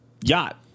yacht